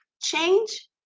change